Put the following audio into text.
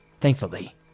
Thankfully